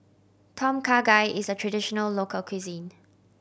Tom Kha Gai is a traditional local cuisine